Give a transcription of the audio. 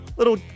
little